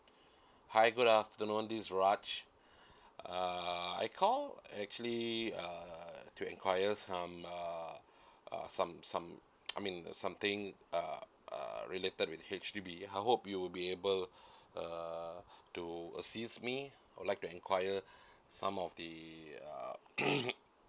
hi good afternoon this is raj uh I called actually uh to enquire some uh uh some some I mean something uh related with H_D_B I hope you will be able uh to assist me I would like to enquire some of the uh